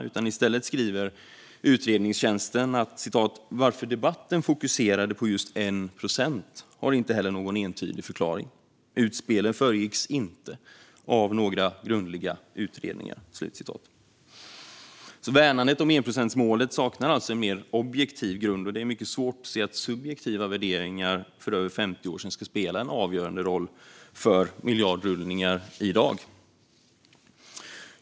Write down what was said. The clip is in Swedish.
I stället skriver utredningstjänsten: Varför debatten fokuserade på just 1 procent har inte heller någon entydig förklaring. Utspelen föregicks inte av några grundliga utredningar. Värnandet om enprocentsmålet saknar alltså en mer objektiv grund, och det är mycket svårt att se att subjektiva värderingar för över 50 år sedan ska spela en avgörande roll för miljardrullningar i dag.